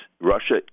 Russia